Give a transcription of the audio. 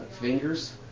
Fingers